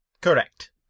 Correct